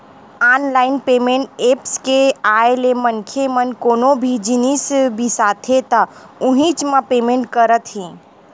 online payment apps के आए ले मनखे मन कोनो भी जिनिस बिसाथे त उहींच म पेमेंट करत हे